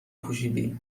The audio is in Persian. پوشیدی